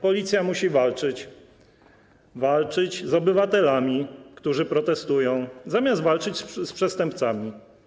Policja musi walczyć z obywatelami, którzy protestują, zamiast walczyć z przestępcami.